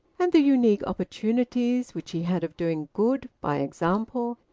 and the unique opportunities which he had of doing good, by example,